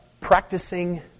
Practicing